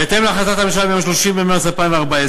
בהתאם להחלטת הממשלה מיום 30 במרס 2014,